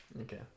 Okay